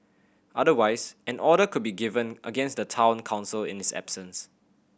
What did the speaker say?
otherwise an order could be given against the Town Council in its absence